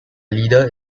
leader